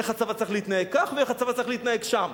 איך הצבא צריך להתנהג כך ואיך הצבא צריך להתנהג שם.